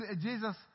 Jesus